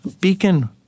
Beacon